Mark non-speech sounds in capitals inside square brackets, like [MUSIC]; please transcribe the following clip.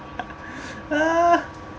[LAUGHS]